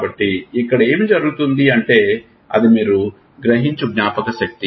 కాబట్టి ఇక్కడ ఏమి జరుగుతుంది అంటే అది మీరు గ్రహించు జ్ఞాపకశక్తి